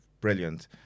brilliant